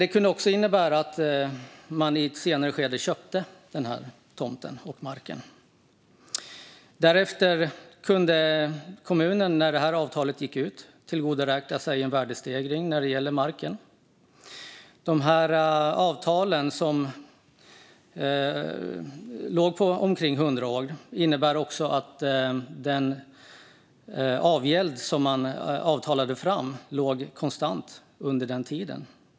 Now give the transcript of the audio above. Det kunde också innebära att man i ett senare skede köpte tomten och marken. Därefter kunde kommunen, när avtalet gick ut, tillgodoräkna sig en värdestegring när det gällde marken. De här avtalen som låg på omkring 100 år innebar också att den avgäld man avtalat fram var konstant under den tiden.